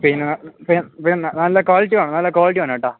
പിന്നെ പിന്നെ പിന്നെ നല്ല ക്വാളിറ്റി വേണം നല്ല ക്വാളിറ്റി വേണേട്ടോ